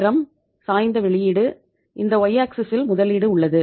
நேரம் சாய்ந்த வெளியீடு இந்த Y axis இல் முதலீடு உள்ளது